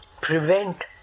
prevent